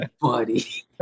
buddy